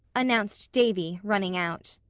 announced davy, running out.